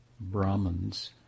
Brahmins